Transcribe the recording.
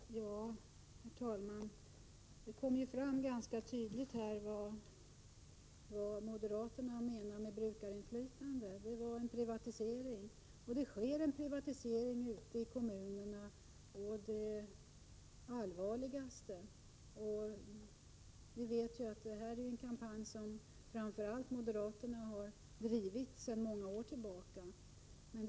Herr talman! Det kom fram ganska tydligt här vad moderaterna menar med brukarinflytande. Det är privatisering. Det sker en privatisering ute i kommunerna å det allvarligaste. Vi vet att det här är en kampanj som framför allt moderaterna har drivit i många år.